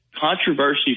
Controversy